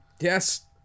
Yes